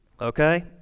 Okay